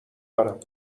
دارم